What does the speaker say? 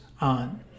on